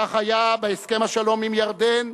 כך היה בהסכם השלום עם ירדן.